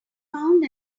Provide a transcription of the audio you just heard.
found